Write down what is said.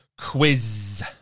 Quiz